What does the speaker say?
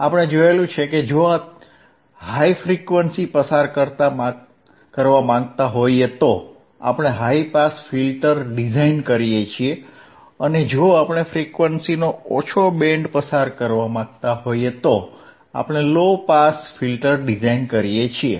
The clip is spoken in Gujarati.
આપણે જોયું છે કે જો તમે હાઇ ફ્રીક્વન્સી પસાર કરવા માંગતા હો તો આપણે હાઇ પાસ ફિલ્ટર ડિઝાઇન કરીએ છીએ અને જો આપણે ફ્રીક્વન્સીનો ઓછો બેન્ડ પસાર કરવા માંગતા હોઈએ તો આપણે લો પાસ ફિલ્ટર ડિઝાઇન કરીએ છીએ